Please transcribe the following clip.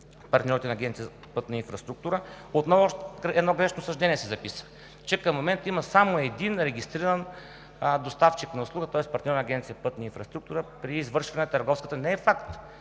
партньорите на Агенция „Пътна инфраструктура“. Отново едно грешно съждение се записа, че към момента има само един регистриран доставчик на услуга, тоест партньор на Агенция „Пътна инфраструктура“ при извършване на търговската… (Шум и